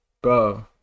Bro